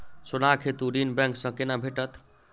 सोनाक हेतु ऋण बैंक सँ केना भेटत?